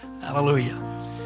Hallelujah